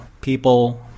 people